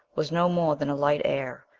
was no more than a light air,